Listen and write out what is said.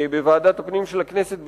בוועדת הפנים של הכנסת,